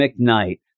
McKnight